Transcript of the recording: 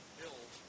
build